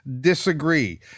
disagree